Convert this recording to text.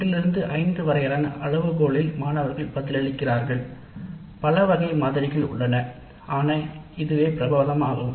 அதில் குறிப்பாக அளவுகோல் மூலம் மாணவர்கள் பதிலளிப்பது மிக பிரபலமானதாகும்